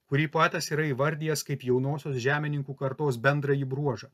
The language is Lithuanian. kurį poetas yra įvardijęs kaip jaunosios žemininkų kartos bendrąjį bruožą